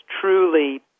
truly